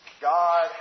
God